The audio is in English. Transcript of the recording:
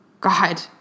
God